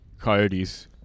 Coyotes